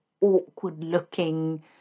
awkward-looking